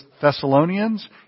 Thessalonians